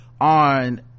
on